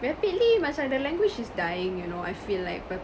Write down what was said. rapidly macam the language is dying you know I feel like per~